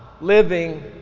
living